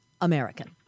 American